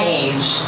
age